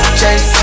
chase